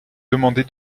demander